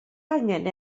angen